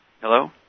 Hello